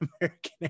American